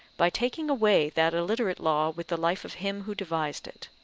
by taking away that illiterate law with the life of him who devised it.